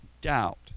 doubt